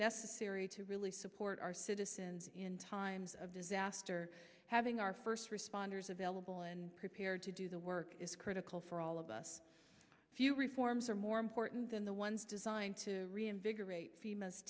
necessary to really support our citizens in times of disaster having our first responders available and prepared to do the work is critical for all of us if you reforms are more important than the ones designed to reinvigorate females